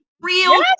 real